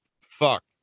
fuck